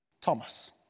Thomas